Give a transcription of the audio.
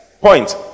point